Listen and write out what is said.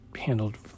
handled